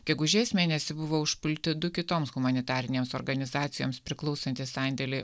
gegužės mėnesį buvo užpulti du kitoms humanitarinėms organizacijoms priklausantys sandėliai